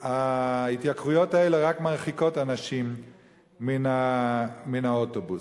וההתייקרויות האלה רק מרחיקות אנשים מן האוטובוס.